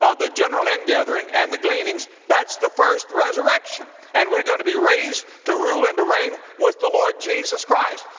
ah the general ingathering and the gleanings, that's the first resurrection. and we're going to be raised to rule and to reign with the lord jesus christ.